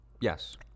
Yes